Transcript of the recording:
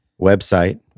website